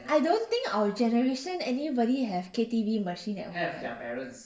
I don't think our generation anybody have K_T_V machine at home lah